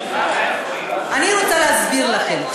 אני רוצה להסביר לכם,